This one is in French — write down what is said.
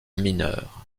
mineur